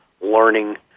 learning